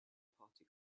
party